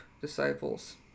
disciples